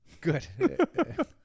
Good